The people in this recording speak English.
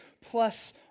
plus